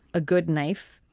a good knife,